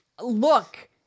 look